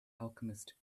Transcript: alchemist